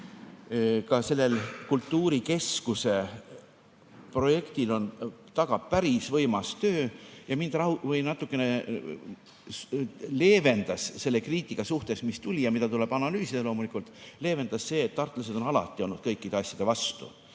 et selle kultuurikeskuse projekti taga on päris võimas töö. Ja mind natuke leevendas selle kriitika suhtes – mis tuli ja mida tuleb analüüsida loomulikult – see, et tartlased on alati olnud kõikide asjade vastu.